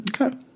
Okay